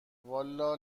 والا